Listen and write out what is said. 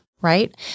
right